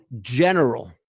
general